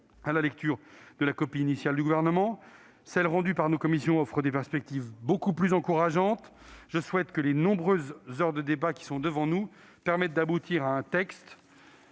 à la lecture de la copie initiale du Gouvernement. Toutefois, celle que nos commissions ont rendue offre des perspectives beaucoup plus encourageantes. Formidable ! Je souhaite que les nombreuses heures de débat qui sont devant nous permettent d'aboutir à un texte